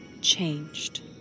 changed